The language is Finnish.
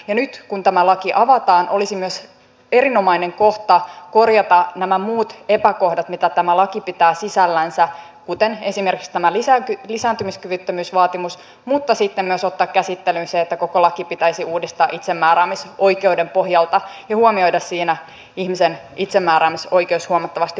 nyt kun tämä laki avataan olisi myös erinomainen kohta korjata nämä muut epäkohdat mitä tämä laki pitää sisällänsä kuten esimerkiksi tämä lisääntymiskyvyttömyysvaatimus mutta sitten myös ottaa käsittelyyn se että koko laki pitäisi uudistaa itsemääräämisoikeuden pohjalta ja huomioida siinä ihmisen itsemääräämisoikeus huomattavasti paremmin